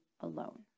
alone